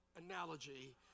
analogy